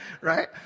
Right